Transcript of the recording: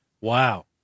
wow